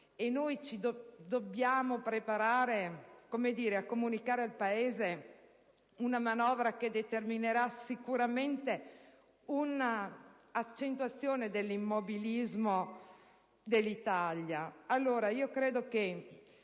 reale, ci dobbiamo preparare a comunicare al Paese una manovra che determinerà sicuramente una accentuazione dell'immobilismo dell'Italia. Credo che